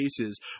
cases